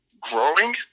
growing